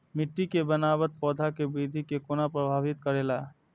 मिट्टी के बनावट पौधा के वृद्धि के कोना प्रभावित करेला?